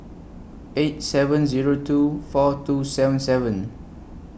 eight seven Zero two four two seven seven